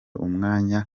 umwanya